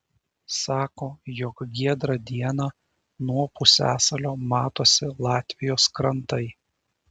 sako jog giedrą dieną nuo pusiasalio matosi latvijos krantai